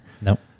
Nope